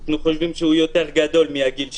אנחנו חושבים שהוא יותר גדול מהגיל שלו,